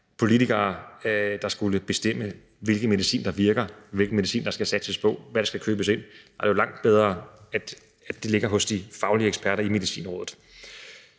politikere, der skulle bestemme, hvilken medicin der virker, hvilken medicin der skal satses på, hvad der skal købes ind. Og der er det jo langt bedre, at det ligger hos de faglige eksperter i Medicinrådet.